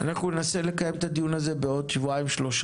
אנחנו ננסה לקיים את הדיון הזה בעוד כשבועיים-שלושה,